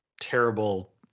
terrible